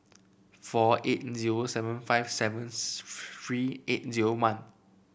four eight zero seven five seven three eight zero one